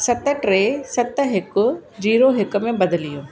सत टे सत हिकु जीरो हिक में बदिलियो